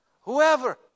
whoever